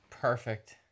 Perfect